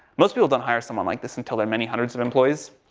most people don't hire someone like this until they're many hundreds of employees.